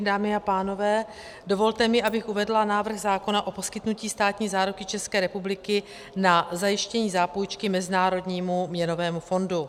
Dámy a pánové, dovolte mi, abych uvedla návrh zákona o poskytnutí státní záruky České republiky na zajištění zápůjčky Mezinárodnímu měnovému fondu.